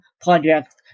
Project